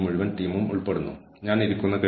കൂടാതെ അതാണ് നമ്മുടെ ഏറ്റവും വലിയ ശക്തി